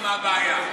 לא בעמידה.